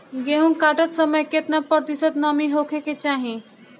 गेहूँ काटत समय केतना प्रतिशत नमी होखे के चाहीं?